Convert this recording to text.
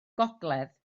gogledd